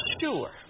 sure